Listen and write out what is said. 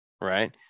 right